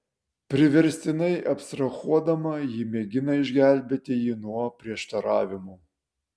priverstinai abstrahuodama ji mėgina išgelbėti jį nuo prieštaravimų